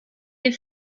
den